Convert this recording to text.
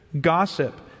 gossip